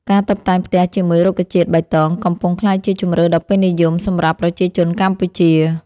ការតុបតែងផ្ទះជាមួយរុក្ខជាតិបៃតង កំពុងក្លាយជាជម្រើសដ៏ពេញនិយមសម្រាប់ប្រជាជនកម្ពុជា